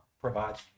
provides